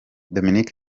dominic